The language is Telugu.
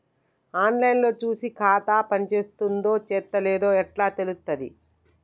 ఆన్ లైన్ లో చూసి ఖాతా పనిచేత్తందో చేత్తలేదో ఎట్లా తెలుత్తది?